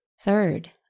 Third